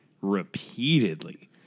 repeatedly